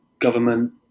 government